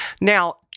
Now